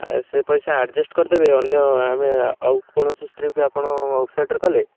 ସେ ପଇସା ଆଡ଼୍ଜଷ୍ଟ୍ କରିଦେବେ ଅନ୍ୟ ଆମେ ଆଉ କୌଣସି ଟ୍ରିପ୍ରେ ଆପଣ ଆଉଟ୍ ସାଇଡ଼୍ରେ କଲେ